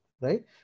right